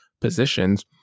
positions